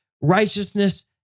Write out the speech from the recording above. righteousness